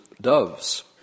doves